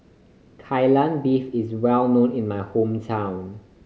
Kai Lan Beef is well known in my hometown